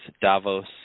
Davos